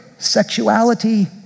sexuality